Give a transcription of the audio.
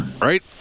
Right